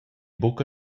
buca